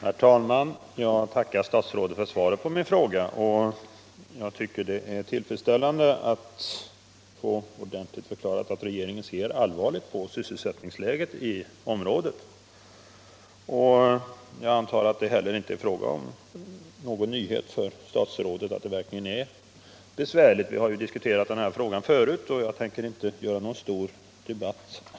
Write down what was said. Herr talman! Jag tackar statsrådet för svaret på min fråga, och jag tycker det är tillfredsställande att få ordentligt förklarat att regeringen ser allvarligt på sysselsättningsläget i det aktuella området. Jag antar att det inte heller för statsrådet är någon nyhet att läget verkligen är besvärligt. Vi har ju diskuterat denna fråga tidigare, och jag skall nu inte ta upp någon stor debatt.